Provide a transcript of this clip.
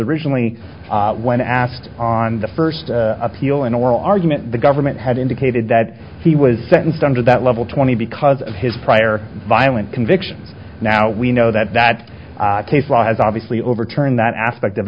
originally when asked on the first appeal an oral argument the government had indicated that he was sentenced under that level twenty because of his prior violent convictions now we know that that case law has obviously overturned that aspect of